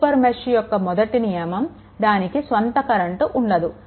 super mesh యొక్క మొదటి నియమం దానికి స్వంత కరెంట్ ఉండదు